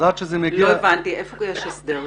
אז עד שזה מגיע --- לא הבנתי, איפה יש הסדר כזה?